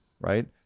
right